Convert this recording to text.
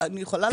אני יכולה.